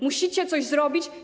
Musicie coś zrobić.